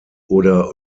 oder